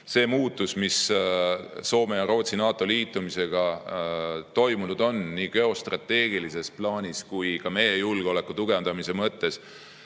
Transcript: See muutus, mis Soome ja Rootsi astumisega NATO-sse on toimunud nii geostrateegilises plaanis kui ka meie julgeoleku tugevdamise mõttes,